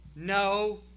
No